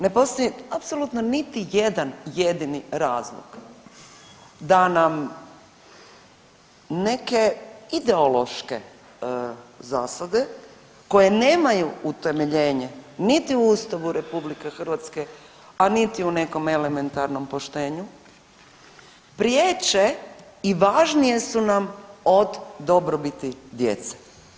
Ne postoji apsolutno niti jedan jedini razlog da nam neke ideološke zasade koje nemaju utemeljenje niti u Ustavu RH, a niti u nekom elementarnom poštenju priječe i važnije su nam od dobrobiti djece.